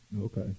Okay